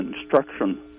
instruction